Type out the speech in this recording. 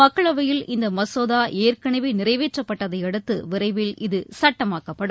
மக்களவையில் இந்தமசோதாஏற்களவேநிறைவேற்றப்பட்டதையடுத்துவிரைவில் இது சட்டமாக்கப்படும்